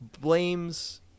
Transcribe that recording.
blames